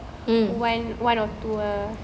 mm